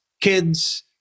kids